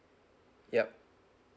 yup